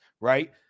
right